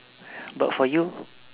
but for you